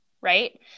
right